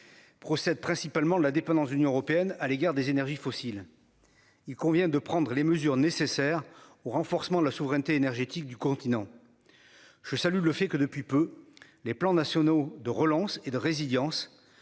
Procède principalement de la dépendance de l'Union européenne à l'égard des énergies fossiles. Il convient de prendre les mesures nécessaires au renforcement de la souveraineté énergétique du continent. Je salue le fait que depuis peu les plans nationaux de relance et de résilience